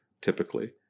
typically